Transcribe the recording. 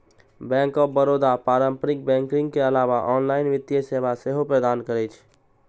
bank of Baroda पारंपरिक banking के अलावे ऑनलाइन वित्तीय सेवा सेहो प्रदान करै छै